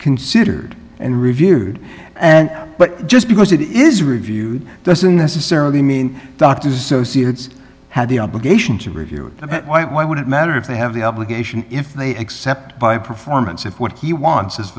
considered and reviewed and but just because it is reviewed doesn't necessarily mean doctors associates have the obligation to review it why would it matter if they have the obligation if they except by performance if what he wants